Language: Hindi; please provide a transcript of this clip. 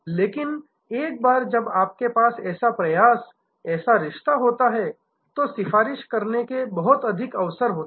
लेकिन एक बार जब आपके पास ऐसा प्रयास ऐसा रिश्ता होता है तो सिफारिश करने के अवसर बहुत अधिक होते है